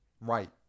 right